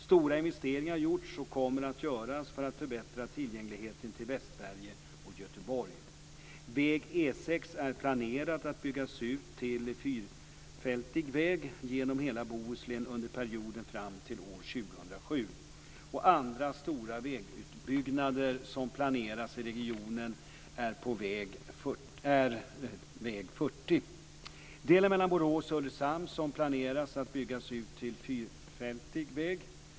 Stora investeringar har gjorts och kommer att göras för att förbättra tillgängligheten till Västsverige och Göteborg. Väg E 6 är planerad att byggas ut till fyrfältig väg genom hela Bohuslän under perioden fram till år 2007. Andra stora vägutbyggnader som planeras i regionen är väg 40, delen mellan Borås och Ulricehamn, som planeras att byggas ut till fyrfältig väg.